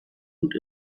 und